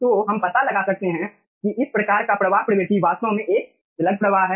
तो हम पता लगा सकते हैं कि इस प्रकार का प्रवाह प्रवृत्ति वास्तव में एक स्लग प्रवाह है